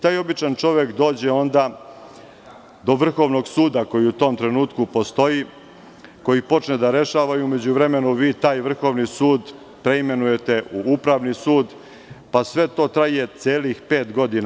Taj običan čovek dođe onda do Vrhovnog suda koji u tom trenutku postoji, koji počne da rešava i u međuvremenu vi taj vrhovni sud preimenujete u Upravni sud, pa sve to traje celih pet godina.